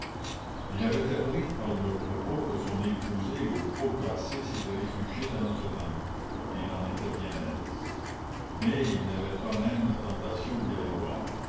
il avait appris par leurs propos que son épousée au pot cassé s'était réfugiée dans notre-dame et il en était bien aise mais il n'avait pas même la tentation d'y aller voir